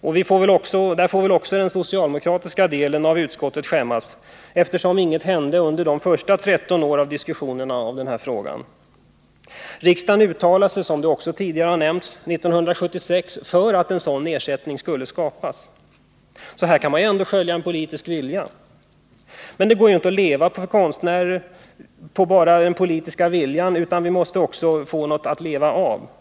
Och där får väl också den socialdemokratiska delen av utskottet skämmas, eftersom inget hände under de första 13 åren av diskussion om denna fråga. Riksdagen uttalade sig, som också tidigare nämnts, år 1976 för att en sådan ersättning skulle skapas — så här kan man ändå skönja en politisk vilja. Men det går ju inte för en konstnär att leva på bara den politiska viljan, utan det måste till någonting annat att leva av.